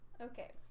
Okay